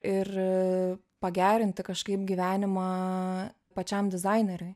ir pagerinti kažkaip gyvenimą pačiam dizaineriui